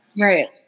Right